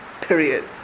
Period